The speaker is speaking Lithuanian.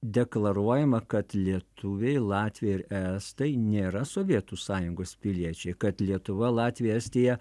deklaruojama kad lietuviai latviai ir estai nėra sovietų sąjungos piliečiai kad lietuva latvija estija